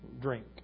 Drink